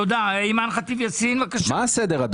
אימאן ח'טיב יאסין, בקשה.